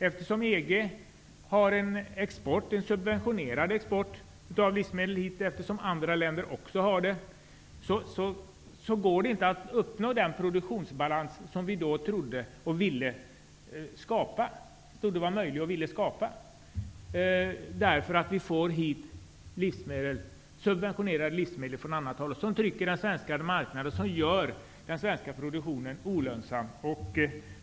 Eftersom EG-länder och andra länder har en subventionerad export av livsmedel hit, kan vi inte uppnå den produktionsbalans som vi trodde var möjlig och som vi ville skapa. Vi får från andra håll hit subventionerade livsmedel, som tvingar ned den svenska marknaden och gör den svenska produktionen olönsam.